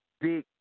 big